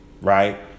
Right